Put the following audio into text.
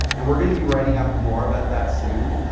and we are going to be writing up more about that soon,